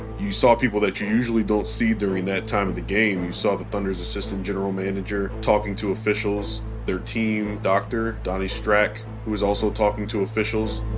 you saw people that you usually don't see during that time of the game. you saw the thunder's assistant general manager talking to officials. their team doctor, donnie strack, who was also talking to officials.